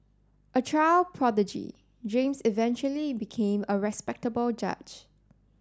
a child prodigy James eventually became a respectable judge